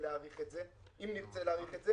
להאריך את זה אם נרצה להאריך את זה